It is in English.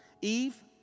Eve